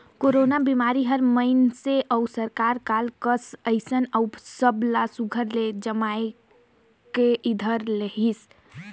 corona बिमारी हर मइनसे अउ सरकार बर काल कस अइस अउ सब ला सुग्घर ले जमजमाए के धइर लेहिस